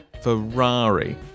Ferrari